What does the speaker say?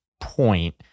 point